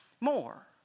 more